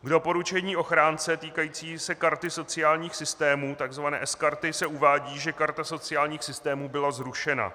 K doporučení ochránce týkajícímu se karty sociálních systémů, tzv. sKarty, se uvádí, že karta sociálních systémů byla zrušena.